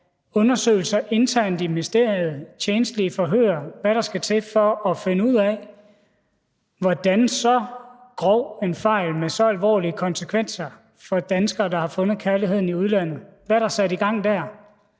undersøgelser internt i ministeriet, tjenstlige forhør, og hvad der ellers skal til, for at finde ud af, hvordan en så grov fejl med så alvorlige konsekvenser for danskere, der har fundet kærligheden i udlandet, kan ske? Hvad er der sat i gang der?